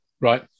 Right